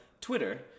Twitter